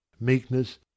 meekness